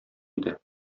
иде